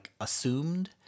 assumed